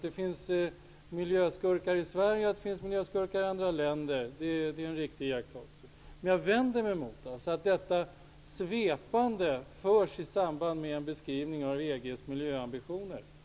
Det finns miljöskurkar i Sverige, och det finns miljöskurkar i andra länder. Det är en riktig iakttagelse. Men jag vänder mig mot att dessa svepande uttalanden görs i samband med en beskriving av EG:s miljöambitioner.